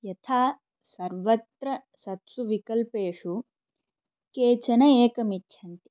यथा सर्वत्र सत्सु विकल्पेषु केचन एकमिच्छन्ति